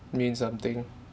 mean something